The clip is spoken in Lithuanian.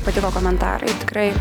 patiko komentarai tikrai